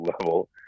level